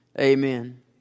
Amen